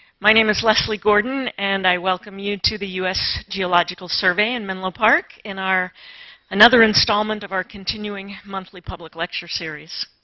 my name is leslie gordon, and i welcome you to the u s. geological survey in menlo park in our another installment of our continuing monthly public lecture series.